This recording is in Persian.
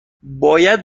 باید